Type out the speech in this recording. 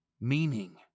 meaning